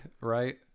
right